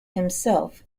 himself